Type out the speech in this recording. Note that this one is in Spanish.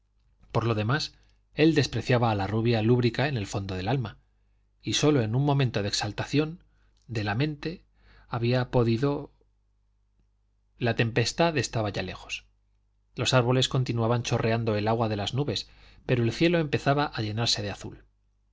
por lo demás él despreciaba a la rubia lúbrica en el fondo del alma y sólo en un momento de exaltación de la mente había podido la tempestad ya estaba lejos los árboles continuaban chorreando el agua de las nubes pero el cielo empezaba a llenarse de azul por